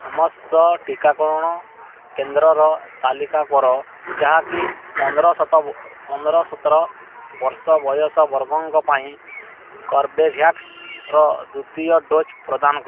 ସମସ୍ତ ଟିକାକରଣ କେନ୍ଦ୍ରର ତାଲିକା କର ଯାହାକି ପନ୍ଦର ସତର ପନ୍ଦର ସତର ବର୍ଷ ବୟସ ବର୍ଗଙ୍କ ପାଇଁ କର୍ବେଭ୍ୟାକ୍ସର ଦ୍ୱିତୀୟ ଡୋଜ୍ ପ୍ରଦାନ କରେ